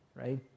right